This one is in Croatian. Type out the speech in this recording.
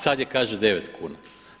Sad je, kaže, 9 kuna.